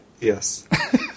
Yes